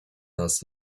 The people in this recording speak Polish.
nas